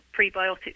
prebiotic